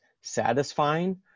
satisfying